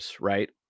Right